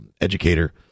educator